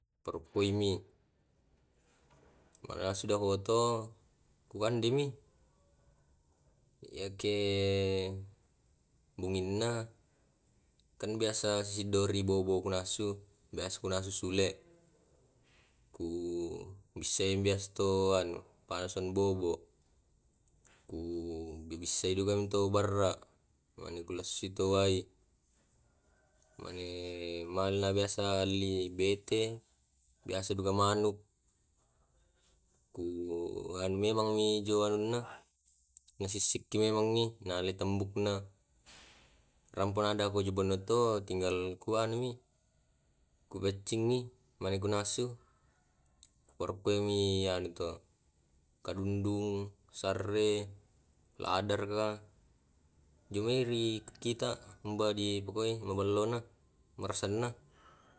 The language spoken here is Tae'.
Paroppoi mi manasu dako to ku kande mi yake bonginna kan biasa si siddori bobo kunasu biasa kunasu sule ku bissai mi biasa to anu panasuan bobo ku di bissai duka mi to barra mane ku lassui to wai mane male na biasa alli bete biasa duka manuk ku anu memang mi jo anunna na sissikki memang mi na alai tambukna rampona dako jo banua to tinggal ku anu mi ku paccingi mane kunasu ku parokkoi mi anu to kadundung sarre lada raka jomairi kita umba dipakuai maballona marasanna